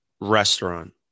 restaurant